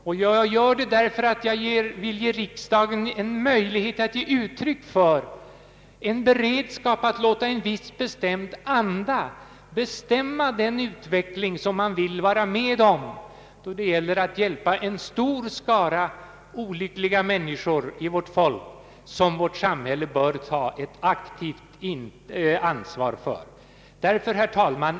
Jag gör det också därför att jag vill ge riksdagen en möjlighet att ge uttryck för en beredskap att låta en viss anda bestämma den utveckling som man vill vara med om då det gäller att hjälpa en stor skara olyckliga människor i vårt folk och som samhället bör ta ett aktivt ansvar för. Herr talman!